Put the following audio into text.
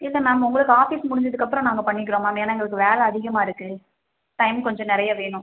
இல்லை மேம் உங்களுக்கு ஆஃபீஸ் முடிஞ்சதுக்கப்புறம் நாங்கள் பண்ணிக்கிறோம் மேம் ஏன்னா எங்களுக்கு வேலை அதிகமாக இருக்கு டைம் கொஞ்சம் நிறைய வேணும்